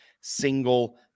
single